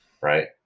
right